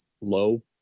low